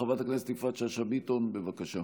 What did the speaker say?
חברת הכנסת יפעת שאשא ביטון, בבקשה.